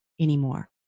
anymore